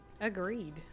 Agreed